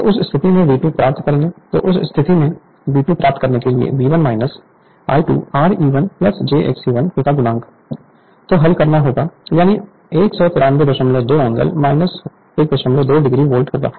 तो उस स्थिति में V2 प्राप्त करने के लिए V1 I2 Re1jXe1 को हल करना होगा यानी 1932 एंगल 12 डिग्री वोल्ट होगा